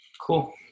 Cool